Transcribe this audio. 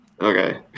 Okay